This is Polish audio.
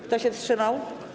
Kto się wstrzymał?